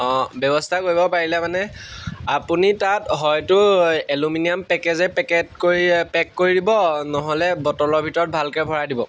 অঁ ব্যৱস্থা কৰিব পাৰিলে মানে আপুনি তাত হয়তো এলুমিনিয়াম পেকেজে পেকেট কৰি পেক কৰি দিব নহ'লে বটলৰ ভিতৰত ভালকৈ ভৰাই দিব